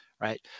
right